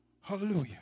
Hallelujah